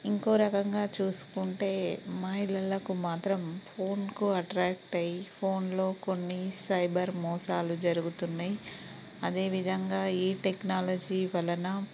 ఇంకో రకంగా చూసుకుంటే మహిళలకు మాత్రం ఫోన్కు అట్రాక్ట్ అయ్యే ఫోన్లో కొన్ని సైబర్ మోసాలు జరుగుతున్నాయి అదేవిధంగా ఈ టెక్నాలజీ వలన